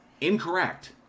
Incorrect